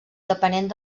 depenent